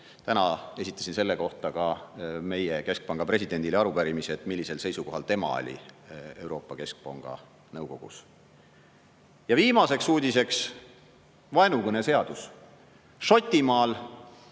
Täna esitasin selle kohta ka meie keskpanga presidendile arupärimise, et millisel seisukohal tema oli Euroopa Keskpanga nõukogus. Ja viimane uudis on vaenukõne seaduse